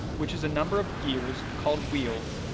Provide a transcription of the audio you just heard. which is a number of gears, called wheels,